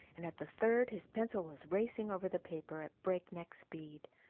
and at the third his pencil was racing over the paper at breakneck speed.